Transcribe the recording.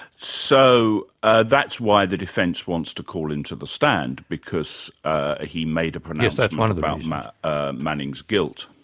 so ah that's why the defence wants to call him to the stand, because ah he made a pronouncement kind of about um ah ah manning's guilt.